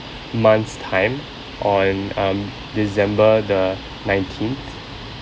months time on um december the nineteenth